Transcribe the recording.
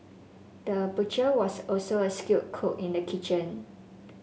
the butcher was also a skilled cook in the kitchen